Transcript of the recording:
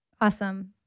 Awesome